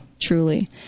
truly